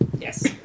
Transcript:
Yes